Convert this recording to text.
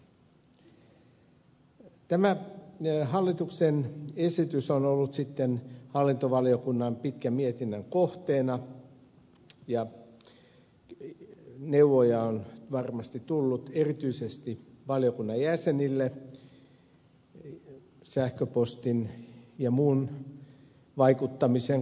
tämä hallituksen esitys on ollut sitten hallintovaliokunnan pitkän mietinnän kohteena ja neuvoja on varmasti tullut erityisesti valiokunnan jäsenille sähköpostin ja muun vaikuttamisen kautta